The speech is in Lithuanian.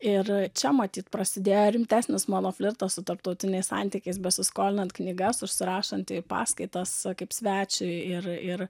ir čia matyt prasidėjo rimtesnis mano flirto su tarptautiniais santykiais besiskolinant knygas užsirašant į paskaitas kaip svečiui ir ir